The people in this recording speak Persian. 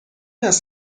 است